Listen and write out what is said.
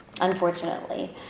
unfortunately